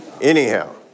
Anyhow